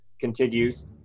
continues